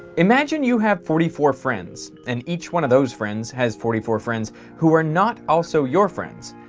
imagine you have forty four friends and each one of those friends has forty four friends who are not also your friends.